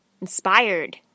inspired